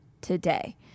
today